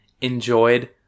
enjoyed